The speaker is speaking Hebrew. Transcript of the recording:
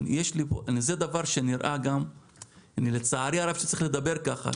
זה דבר שנראה גם ולצערי הרב צריך לדבר כך,